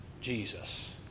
Jesus